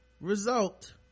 result